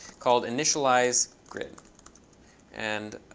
called initializegrid. and